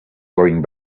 going